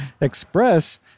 Express